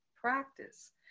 practice